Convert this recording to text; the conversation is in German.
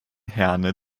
herne